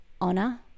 honor